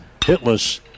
hitless